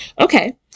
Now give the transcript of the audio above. okay